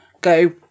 go